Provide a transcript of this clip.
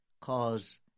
cause